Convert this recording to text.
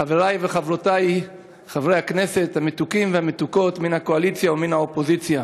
חברי וחברותי חברי הכנסת המתוקים והמתוקות מן הקואליציה ומן האופוזיציה,